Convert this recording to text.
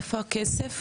איפה הכסף?